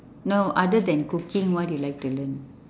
no other than cooking what you like to learn